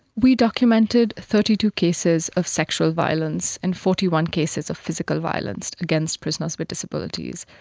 we documented thirty two cases of sexual violence and forty one cases of physical violence against prisoners with disabilities,